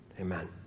Amen